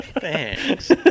thanks